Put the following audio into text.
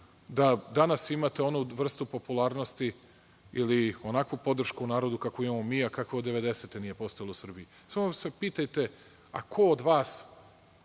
da danas imate onu vrstu popularnosti ili onakvu podršku u narodu, kakvu imamo mi, a kako od 1990. godine nije postojala u Srbiji. Samo se pitajte, ko od vas